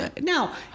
now